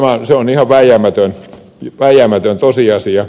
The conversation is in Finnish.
se on ihan vääjäämätön tosiasia